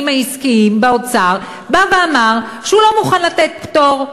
העסקיים באוצר אמר שהוא לא מוכן לתת פטור,